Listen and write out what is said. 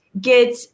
get